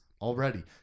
already